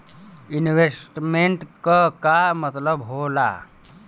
Investment क का मतलब हो ला?